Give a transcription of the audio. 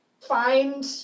find